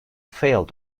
failed